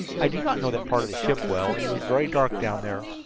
i do not know that part of the ship well, and it was very dark down there.